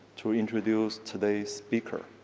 to reintroduce today's speaker.